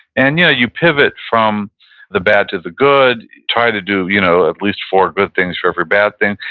and yeah you pivot from the bad to the good, try to do you know at least four good things for every bad thing,